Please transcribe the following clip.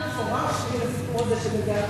אתה יודע שיש פרק ב-OECD,